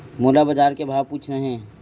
मोला बजार के भाव पूछना हे?